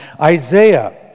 Isaiah